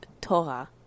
Torah